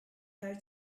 her